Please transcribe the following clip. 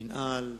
מינהל,